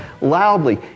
loudly